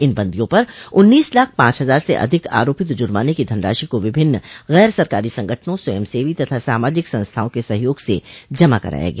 इन बंदियों पर उन्नीस लाख पांच हजार से अधिक आरोपित जुर्माने की धनराशि को विभिन्न गैर सरकारी संगठनों स्वयंसेवी तथा सामाजिक संस्थाओं के सहयोग से जमा कराया गया